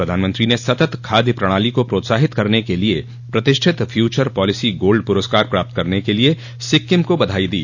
प्रधानमंत्री ने सतत खाद्य प्रणाली को प्रोत्साहित करने के लिए प्रतिष्ठित फ्यूचर पॉलिसी गोल्ड पुरस्कार प्राप्त करने के लिए सिक्किम को बधाई दी